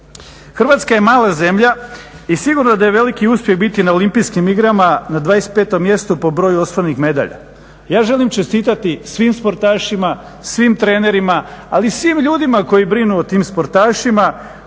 Hrvatska je mala zemlja i sigurno da je veliki uspjeh biti na Olimpijskim igrama na 25. mjestu po broju osvojenih medalja. Ja želim čestitati svim sportašima, svim trenerima ali i svim ljudima koji brinu o tim sportašima,